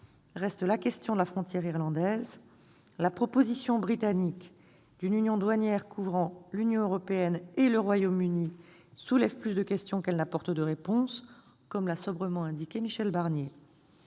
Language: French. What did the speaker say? la question de la frontière irlandaise. La proposition britannique d'une union douanière couvrant l'Union européenne et le Royaume-Uni soulève plus de questions qu'elle n'apporte de réponses, comme l'a sobrement indiqué Michel Barnier.